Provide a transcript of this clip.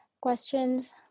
questions